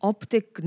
Optic